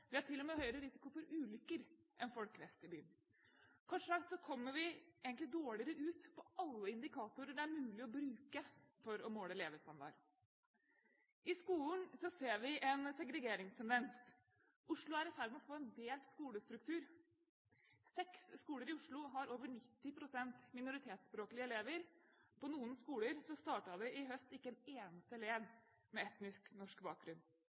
og med en høyere risiko for ulykker enn folk vest i byen. Kort sagt kommer vi egentlig dårligere ut på alle indikatorer det er mulig å bruke for å måle levestandard. I skolen ser vi en segregeringstendens. Oslo er i ferd med å få en delt skolestruktur. Seks skoler i Oslo har over 90 pst. minoritetsspråklige elever. På noen skoler startet det i høst ikke en eneste elev med etnisk norsk bakgrunn.